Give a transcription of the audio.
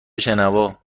شنوا